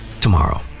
tomorrow